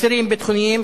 אסירים ביטחוניים,